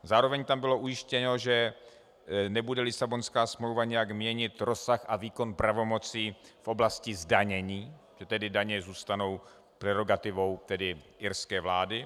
Zároveň tam bylo ujištěno, že nebude Lisabonská smlouva nijak měnit rozsah a výkon pravomocí v oblasti zdanění, že tedy daně zůstanou prerogativou tedy irské vlády.